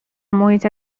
محیط